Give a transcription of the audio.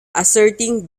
asserting